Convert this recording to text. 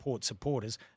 Supporters